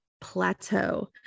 plateau